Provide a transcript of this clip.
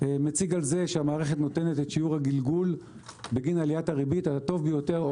מציג שהמערכת נותנת את שיעור הגלגול בגין עליית הריבית על הטוב ביותר.